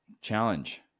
Challenge